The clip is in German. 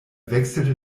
wechselte